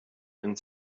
and